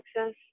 access